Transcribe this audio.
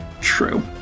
true